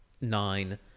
nine